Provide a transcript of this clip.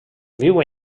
viu